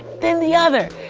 then the other.